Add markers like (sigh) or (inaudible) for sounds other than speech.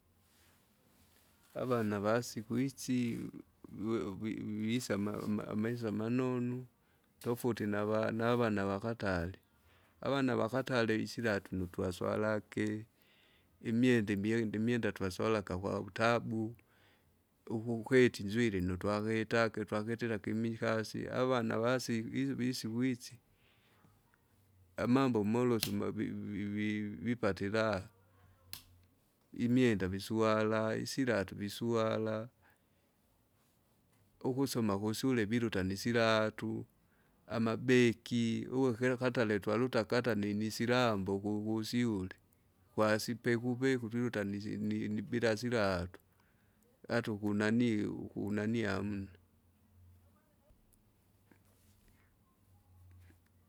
Avana vasiku isi wue vi- visa ama- ama- amaisa manonu, tofauti nava- navana vakatare. Avana vakatare isilatu nutwaswalake, imwenda imwenda imwenda twaswalaka kwautabu, ukuketi inzwiri nutwaketake twaketrera kimikasi, avana vasi visi visiku isi, amambo molosu (noise) mavi- vi- vi- vipate iraha, (noise) imwenda visuala, isilatu viswala, ukusoma kusula biluta nisilatu, amabeki uwe kila katare twaluta katare akata ninisilambo kugusyule, kwasipekupeku twiluta nisi ninibila silatu, ata ukunani, ukunani hamna.